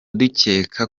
dukeka